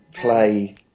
play